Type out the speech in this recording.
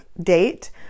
date